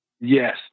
Yes